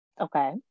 okay